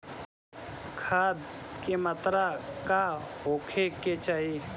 खाध के मात्रा का होखे के चाही?